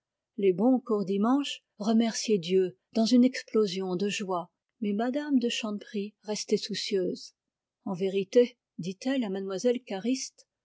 bons courdimanche remerciaient dieu dans une explosion de joie mais mme de chanteprie restait soucieuse en vérité dit-elle à mlle cariste